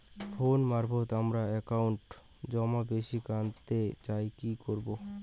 Phone মারফত আমার একাউন্টে জমা রাশি কান্তে চাই কি করবো?